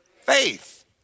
faith